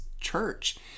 church